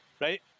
Right